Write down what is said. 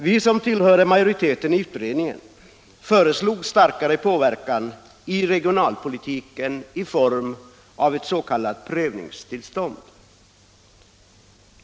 Vi som tillhörde majoriteten i utredningen föreslog en starkare påverkan i regionalpolitiken i form av en s.k. tillståndsprövning.